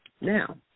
Now